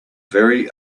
very